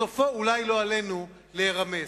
סופו אולי, לא עלינו, להירמס.